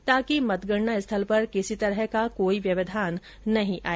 ताकि मतगणना स्थल पर किसी तरह का कोई व्यवधान नहीं आए